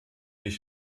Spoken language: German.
ich